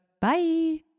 Bye